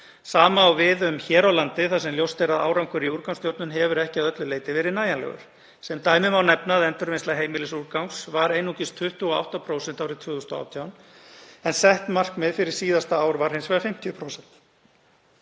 Sama á við hér á landi þar sem ljóst er að árangur í úrgangsstjórnun hefur ekki að öllu leyti verið nægjanlegur. Sem dæmi má nefna að endurvinnsla heimilisúrgangs var einungis 28% árið 2018, en sett markmið fyrir síðasta ár var hins vegar 50%.